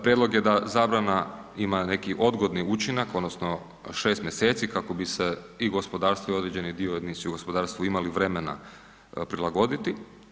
Prijedlog je da zabrana ima neki odgodni učinak odnosno 6 mjeseci kako bi se i gospodarstvo i određeni dionici u gospodarstvu imali vremena prilagoditi.